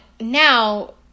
now